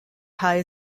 hai